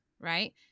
right